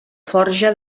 forja